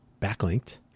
backlinked